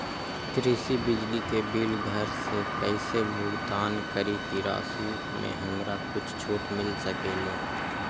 कृषि बिजली के बिल घर से कईसे भुगतान करी की राशि मे हमरा कुछ छूट मिल सकेले?